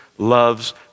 loves